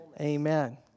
Amen